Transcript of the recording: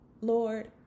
Lord